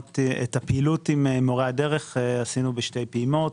הפעילות עם מורי הדרך עשינו בשתי פעימות.